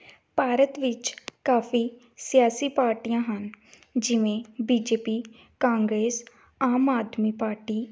ਭਾਰਤ ਵਿੱਚ ਕਾਫੀ ਸਿਆਸੀ ਪਾਰਟੀਆਂ ਹਨ ਜਿਵੇਂ B J P Congress Aam Aadmi party